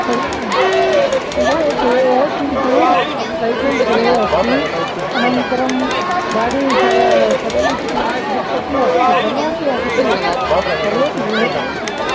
तदेव तदेव तदेव किन्तु लैसेन्स् गृहे अस्ति अनन्तरं गाडि स सर्वविस् बुक् अपि अस्ति सर्वमपि अस्ति सर्वं गृहे एव अस्ति